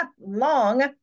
long